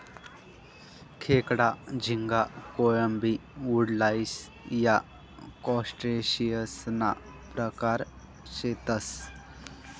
खेकडा, झिंगा, कोळंबी, वुडलाइस या क्रस्टेशियंससना प्रकार शेतसं